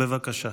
בבקשה.